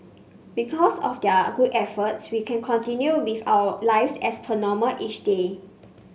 because of their good efforts we can continue with our lives as per normal each day